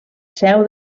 seu